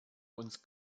uns